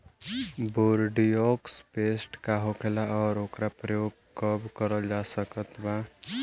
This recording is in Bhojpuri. बोरडिओक्स पेस्ट का होखेला और ओकर प्रयोग कब करल जा सकत बा?